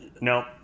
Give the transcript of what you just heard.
no